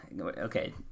Okay